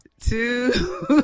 two